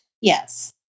Yes